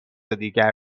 دیگر